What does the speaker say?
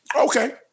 Okay